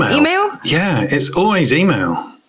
email. yeah it's always email.